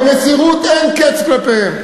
במסירות אין קץ כלפיהם.